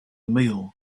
meal